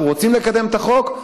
אנחנו רוצים לקדם את החוק,